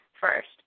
first